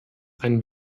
ein